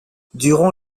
durant